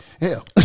Hell